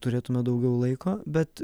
turėtume daugiau laiko bet